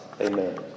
amen